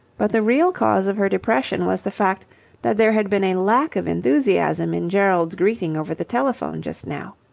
but the real cause of her depression was the fact that there had been a lack of enthusiasm in gerald's greeting over the telephone just now.